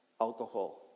alcohol